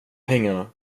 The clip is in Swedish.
pengarna